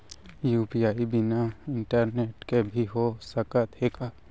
UPI बिना internet के भी हो सकत हे का?